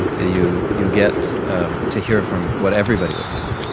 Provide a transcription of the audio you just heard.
and you you get um to hear from what everybody would want,